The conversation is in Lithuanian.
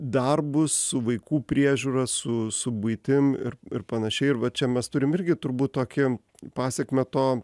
darbus su vaikų priežiūra su su buitim ir ir panašiai ir va čia mes turim irgi turbūt tokį pasekmę to